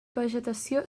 vegetació